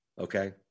okay